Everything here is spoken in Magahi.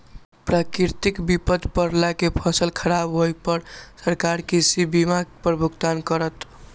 प्राकृतिक विपत परला से फसल खराब होय पर सरकार कृषि बीमा पर भुगतान करत